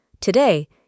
Today